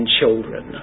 children